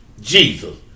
Jesus